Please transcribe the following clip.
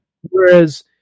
Whereas